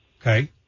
Okay